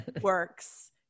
works